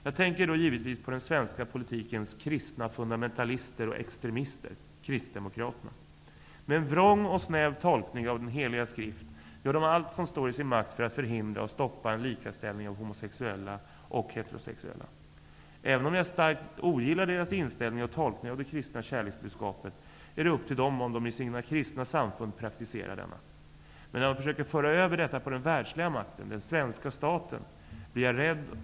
Jag tänker då givetvis på den svenska politikens kristna fundamentalister och extremister -- kristdemokraterna. Med en vrång och snäv tolkning av den heliga skrift gör de allt som står i deras makt för att förhindra och stoppa en likaställning för homosexuella och heterosexuella. Även om jag stark ogillar deras inställning och tolkning av det kristna kärleksbudskapet är det upp till dem om de i sina kristna samfund praktiserar denna. Men när de försöker föra över detta på den världsliga makten -- den svenska staten -- blir jag rädd.